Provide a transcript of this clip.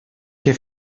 que